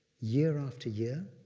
year after year,